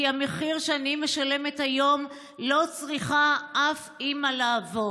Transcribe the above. כי את המחיר שאני משלמת היום לא צריכה אף אימא לעבור.